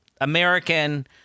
American